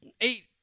eight